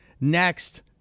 next